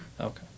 Okay